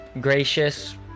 gracious